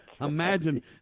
Imagine